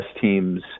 teams